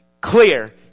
clear